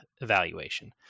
evaluation